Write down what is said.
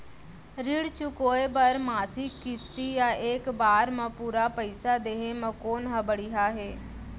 ऋण चुकोय बर मासिक किस्ती या एक बार म पूरा पइसा देहे म कोन ह बढ़िया हे?